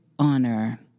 honor